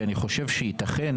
כי אני חושב שיתכן